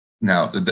now